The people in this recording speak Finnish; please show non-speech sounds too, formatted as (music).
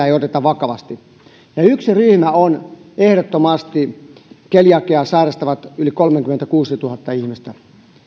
(unintelligible) ei oteta vakavasti yksi ryhmä on ehdottomasti keliakiaa sairastavat yli kolmekymmentäkuusituhatta ihmistä